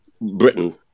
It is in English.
Britain